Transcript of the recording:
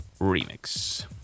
remix